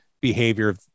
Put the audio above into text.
behavior